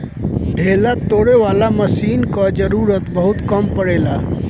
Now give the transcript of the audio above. ढेला तोड़े वाला मशीन कअ जरूरत बहुत कम पड़ेला